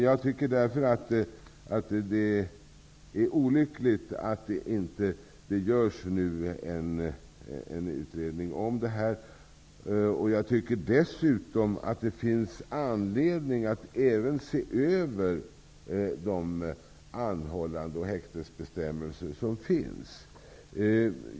Det är därför olyckligt att det inte görs en utredning om detta, och dessutom tycker jag att det finns anledning att även se över de anhållande och häktesbestämmelser som finns.